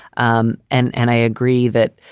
um and and i agree that,